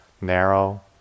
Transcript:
narrow